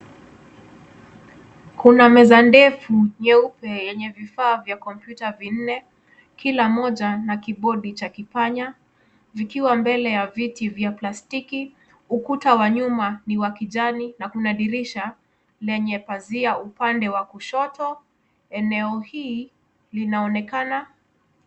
Kuna meza ndefu nyeupe yenye vifaa vya kompyuta vinne, kila moja na kibodi cha kipanya. Vikiwa mbele ya viti vya plastiki. Ukuta wa nyuma ni wa kijani na kuna dirisha lenye pazia upande wa kushoto. Eneo hii linaonekana.